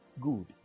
good